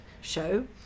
show